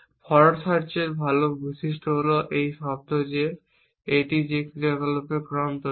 forward সার্চের ভাল বৈশিষ্ট্য হল এটি শব্দ যে এটি যে ক্রিয়াকলাপের ক্রম তৈরি করে